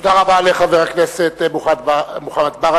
תודה רבה לחבר הכנסת מוחמד ברכה.